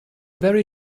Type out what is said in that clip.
very